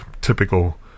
typical